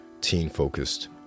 teen-focused